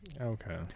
Okay